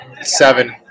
seven